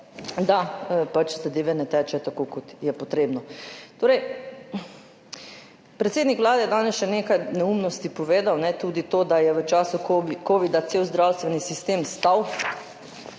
da pač zadeve ne tečejo tako, kot je potrebno. Predsednik Vlade je danes še nekaj neumnosti povedal. Tudi to, da je v času covida cel zdravstveni sistem stal.